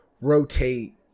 rotate